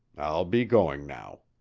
i'll be going now,